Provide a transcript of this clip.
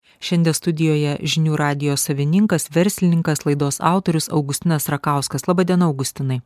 šiandie studijoje žinių radijo savininkas verslininkas laidos autorius augustinas rakauskas laba diena augustinai